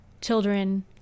children